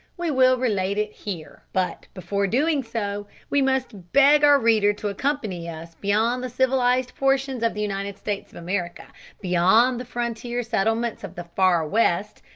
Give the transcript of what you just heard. we will relate it here. but before doing so we must beg our reader to accompany us beyond the civilised portions of the united states of america beyond the frontier settlements of the far west,